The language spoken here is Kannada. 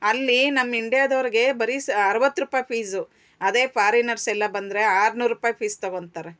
ಅಲ್ಲಿ ನಮ್ಮ ಇಂಡ್ಯಾದವ್ರಿಗೆ ಬರೀ ಸ್ ಅರವತ್ತು ರುಪಾಯ್ ಫೀಸು ಅದೆ ಫಾರಿನರ್ಸೆಲ್ಲ ಬಂದರೆ ಆರುನೂರು ರುಪಾಯ್ ಫೀಸ್ ತಗೊತಾರೆ